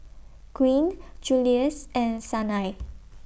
Gwyn Juluis and Sanai